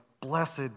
blessed